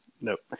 nope